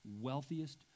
wealthiest